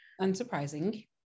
unsurprising